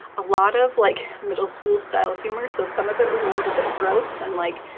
a lot of, like, middle school style humor, so some of it was a little bit gross and, like,